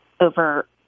over